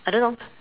I don't know